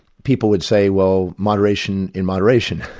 people would say, well, moderation in moderation.